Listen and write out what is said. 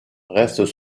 restent